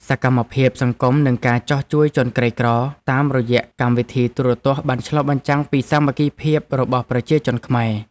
សកម្មភាពសង្គមនិងការចុះជួយជនក្រីក្រតាមរយៈកម្មវិធីទូរទស្សន៍បានឆ្លុះបញ្ចាំងពីសាមគ្គីភាពរបស់ប្រជាជនខ្មែរ។